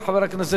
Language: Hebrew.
ואם הוא לא יהיה,